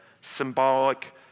symbolic